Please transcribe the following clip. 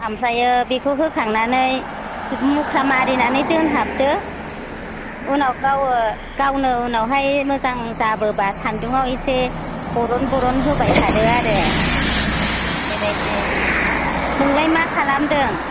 ओमफ्राय बेखौ होखांनानै मुख्रा मारिनानै दोनहाबदो उनाव गावनो उनावहाय मोजां जाबोबा सान्दुङाव एसे बरन बरन होबाय थादो आरो बेबायदि नोंलाय मा खालामदों